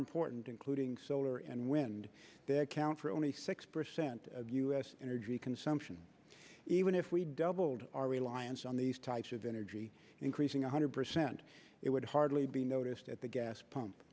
important including solar and wind that count for only six percent of u s energy consumption even if we doubled our reliance on these types of energy increasing one hundred percent it would hardly be noticed at the gas pump